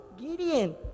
Gideon